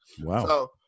Wow